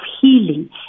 healing